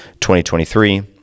2023